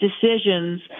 decisions